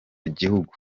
gihugu